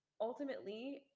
Ultimately